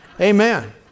Amen